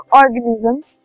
organisms